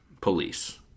police